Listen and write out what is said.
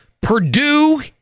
Purdue